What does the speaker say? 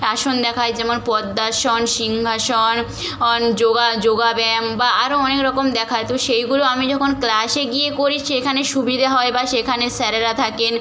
আসন দেখায় যেমন পদ্মাসন সিংহাসন অন যোগ যোগ ব্যায়াম বা আরও অনেক রকম দেখায় তো সেইগুলো আমি যখন ক্লাসে গিয়ে করি সেখানে সুবিধে হয় বা সেখানে স্যারেরা থাকেন